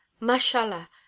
Mashallah